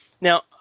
Now